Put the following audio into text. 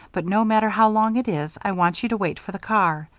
but no matter how long it is, i want you to wait for the car.